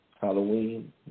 Halloween